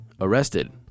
arrested